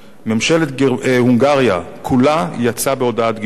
ממשלת הונגריה כולה יצאה בהודעת גינוי.